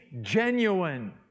genuine